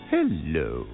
Hello